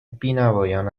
بینوایان